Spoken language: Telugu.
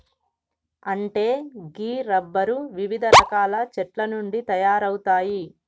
అంటే గీ రబ్బరు వివిధ రకాల చెట్ల నుండి తయారవుతాయి